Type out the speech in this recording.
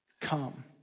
Come